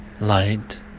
light